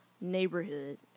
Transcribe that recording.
neighborhood